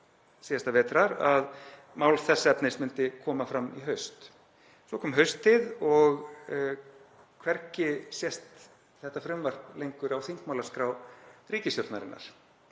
síðasta vetrar að mál þessa efnis myndi koma fram í haust. Svo kom haustið og hvergi sést þetta frumvarp lengur á þingmálaskrá ríkisstjórnarinnar.